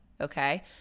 Okay